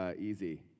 easy